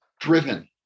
driven